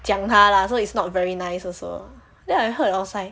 讲他 lah so it's not very nice also then I heard I was like